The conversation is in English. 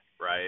right